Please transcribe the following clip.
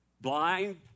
Blind